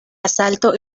asalto